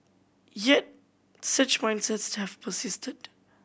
yet such mindsets have persisted